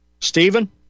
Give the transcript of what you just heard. Stephen